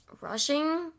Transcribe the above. rushing